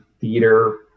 theater